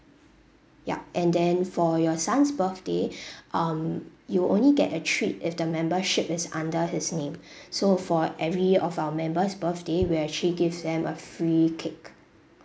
yup and then for your son's birthday um you only get a treat if the membership is under his name so for every year of our members' birthday we actually give them a free cake